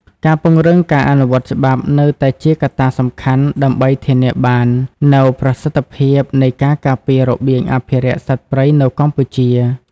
ការពង្រឹងការអនុវត្តច្បាប់នៅតែជាកត្តាសំខាន់ដើម្បីធានាបាននូវប្រសិទ្ធភាពនៃការការពាររបៀងអភិរក្សសត្វព្រៃនៅកម្ពុជា។